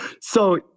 So-